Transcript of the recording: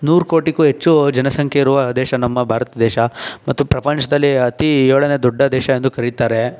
ನೂರು ಕೋಟಿಗೂ ಹೆಚ್ಚು ಜನಸಂಖ್ಯೆ ಇರುವ ದೇಶ ನಮ್ಮ ಭಾರತ ದೇಶ ಮತ್ತು ಪ್ರಪಂಚದಲ್ಲಿ ಅತಿ ಏಳನೇ ದೊಡ್ಡ ದೇಶ ಎಂದು ಕರೀತಾರೆ